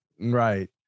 right